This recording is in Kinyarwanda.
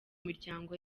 miryango